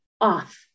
off